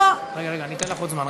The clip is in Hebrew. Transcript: רגע, אתן לך עוד זמן.